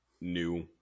new